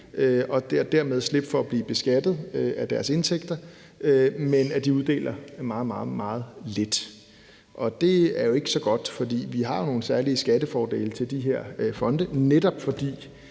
og dermed slippe for at blive beskattet af deres indtægter, men så uddeler meget, meget lidt. Det er jo ikke så godt, for vi giver jo nogle særlige skattefordele til de her fonde, netop fordi